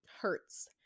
hurts